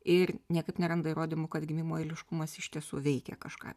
ir niekaip neranda įrodymų kad gimimo eiliškumas iš tiesų veikia kažką